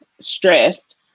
stressed